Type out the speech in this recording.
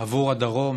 בעבור הדרום,